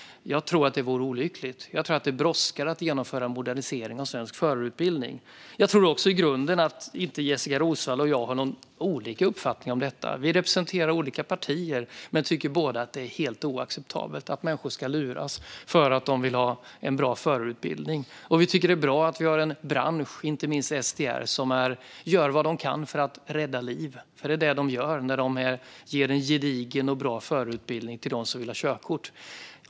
Jag tror att det vore olyckligt. Jag tror att det brådskar att genomföra en modernisering av svensk förarutbildning. Jag tror inte att Jessika Roswall och jag i grunden har olika uppfattningar om detta. Vi representerar olika partier men tycker båda att det är helt oacceptabelt att människor ska bli lurade för att de vill ha en bra förarutbildning. Vi tycker att det är bra att vi har en bransch, inte minst STR, som gör vad den kan för att rädda liv - för det är det den gör när den ger en gedigen och bra förarutbildning till dem som vill ha körkort.